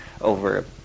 over